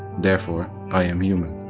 therefore i am human'.